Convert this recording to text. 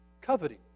Coveting